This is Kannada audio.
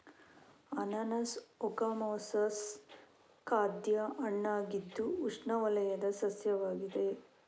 ಅನಾನಸ್ ಓಕಮೊಸಸ್ ಖಾದ್ಯ ಹಣ್ಣಾಗಿದ್ದು ಉಷ್ಣವಲಯದ ಸಸ್ಯವಾಗಿದೆ